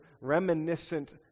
reminiscent